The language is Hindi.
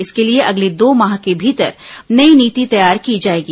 इसके लिए अगले दो माह के भीतर नई नीति तैयार की जाएगी